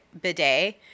bidet